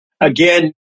Again